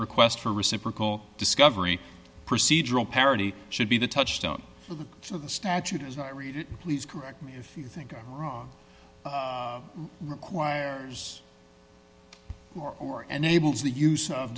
request for reciprocal discovery procedural parity should be the touchstone for the statute as i read it please correct me if you think i'm wrong requires or enables the use of